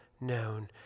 known